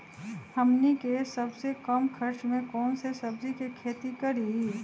हमनी के सबसे कम खर्च में कौन से सब्जी के खेती करी?